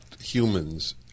humans